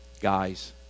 guys